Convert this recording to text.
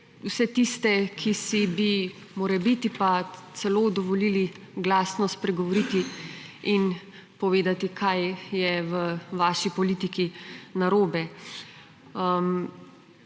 vse tiste, ki bi si morebiti pa celo dovolili glasno spregovoriti in povedati, kaj je v vaši politiki narobe.